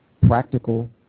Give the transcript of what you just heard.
Practical